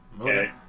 Okay